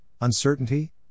uncertainty